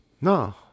No